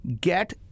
get